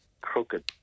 crooked